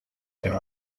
there